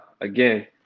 again